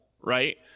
Right